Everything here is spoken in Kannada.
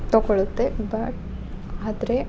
ತಗೊಳ್ಳುತ್ತೆ ಬಟ್ ಆದರೆ